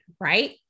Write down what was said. right